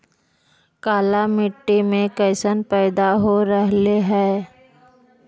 काला मिट्टी मे कैसन पैदा हो रहले है?